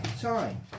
time